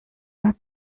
bat